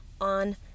on